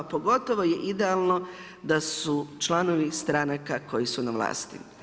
A pogotovo je idealno da su članovi stranaka koji su na vlasti.